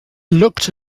looked